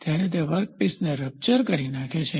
ત્યારે તે વર્કપીસને રપ્ચર કરી નાખે છે